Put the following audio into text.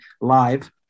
live